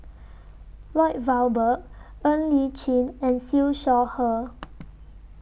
Lloyd Valberg Ng Li Chin and Siew Shaw Her